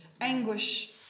Anguish